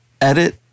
edit